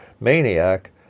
maniac